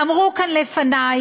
אמרו כאן לפני,